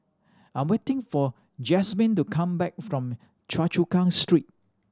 I'm waiting for Jasmyne to come back from Choa Chu Kang Street